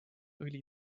õli